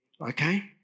Okay